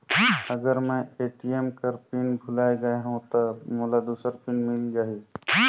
अगर मैं ए.टी.एम कर पिन भुलाये गये हो ता मोला दूसर पिन मिल जाही?